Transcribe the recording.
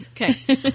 Okay